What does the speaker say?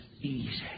easy